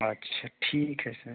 अच्छा ठीक है सर